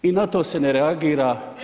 I na to se ne reagira.